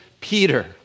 Peter